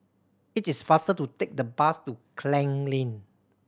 it is faster to take the bus to Klang Lane